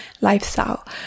lifestyle